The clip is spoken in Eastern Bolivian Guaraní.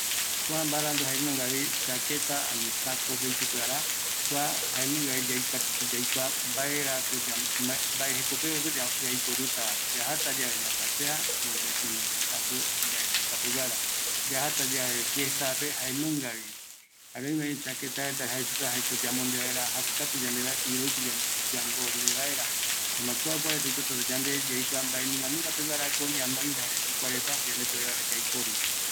Kua sako reta jaenungavi, yaikuata kïraïyave yambonde vaera, öime arete peguara, öime mbaravɨkɨ peguara, jare öimevi iroɨ peguara, öimevi jeta tetañavo reta oyapo reta iyeɨpe